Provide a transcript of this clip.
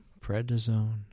prednisone